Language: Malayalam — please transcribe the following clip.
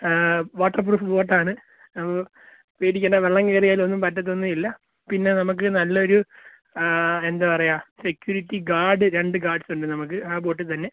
വാട്ടർപ്രൂഫ് ബോട്ട് ആണ് പേടിക്കേണ്ട വെള്ളം കയറിയാലൊന്നും പറ്റത്തൊന്നും ഇല്ല പിന്നെ നമുക്ക് നല്ലൊരു എന്താ പറയുക സെക്യൂരിറ്റി ഗാർഡ് രണ്ട് ഗാർഡ്സ് ഉണ്ട് നമുക്ക് ആ ബോട്ടിൽ തന്നെ